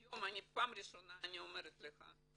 היום בפעם הראשונה אני אומרת לך,